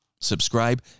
subscribe